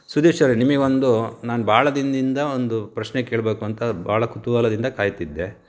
ಸುದೇಶವರೇ ನಿಮಗೊಂದು ನಾನು ಭಾಳ ದಿನದಿಂದ ಒಂದು ಪ್ರಶ್ನೆ ಕೇಳಬೇಕು ಅಂತ ಭಾಳ ಕುತೂಹಲದಿಂದ ಕಾಯ್ತಿದ್ದೆ